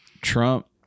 Trump